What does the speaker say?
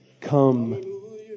come